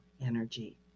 energy